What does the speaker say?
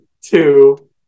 two